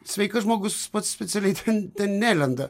sveikas žmogus pats specialiai ten ten nelenda